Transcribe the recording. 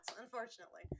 unfortunately